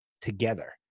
together